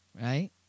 Right